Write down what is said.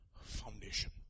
foundation